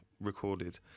recorded